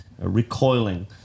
recoiling